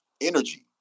Energy